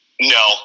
No